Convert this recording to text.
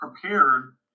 prepared